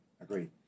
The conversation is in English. Agreed